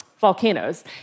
volcanoes